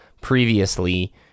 previously